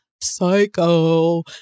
psycho